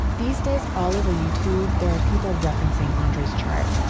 these days, all over youtube, there are people referencing andre's chart,